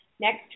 next